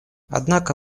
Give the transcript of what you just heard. однако